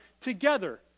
together